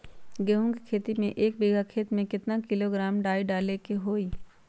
गेहूं के खेती में एक बीघा खेत में केतना किलोग्राम डाई डाले के होई?